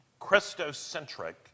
Christocentric